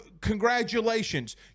congratulations